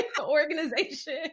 organization